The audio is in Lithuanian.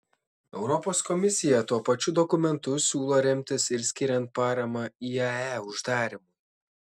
europos komisija tuo pačiu dokumentu siūlo remtis ir skiriant paramą iae uždarymui